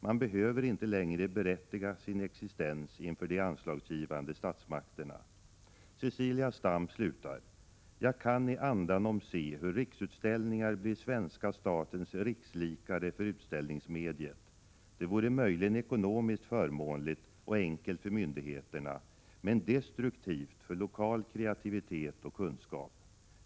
Man behöver inte längre berättiga sin existens inför de anslagsgivande statsmakterna.” Cecilia Stam slutar: ”Jag kan i andanom se hur Riksutställningar blir svenska statens rikslikare för utställningsmediet. Det vore möjligen ekonomiskt förmånligt, och enkelt för myndigheterna, men destruktivt för lokal kreativitet och kunskap.